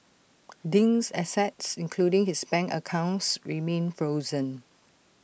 Ding's assets including his bank accounts remain frozen